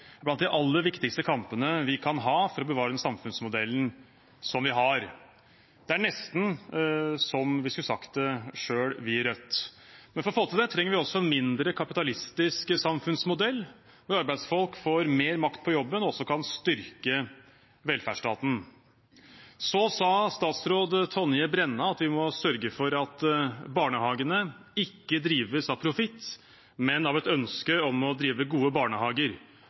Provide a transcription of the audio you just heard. blant de aller viktigste kampene vi kan ha for å bevare den samfunnsmodellen som vi har. Det er nesten som om vi i Rødt skulle sagt det selv. Men for å få til det trenger vi også en mindre kapitalistisk samfunnsmodell, hvor arbeidsfolk får mer makt på jobben og også kan styrke velferdsstaten. Så sa statsråd Tonje Brenna at vi må sørge for at barnehagene ikke drives av profitt, men av et ønske om å drive gode barnehager,